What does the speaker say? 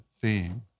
theme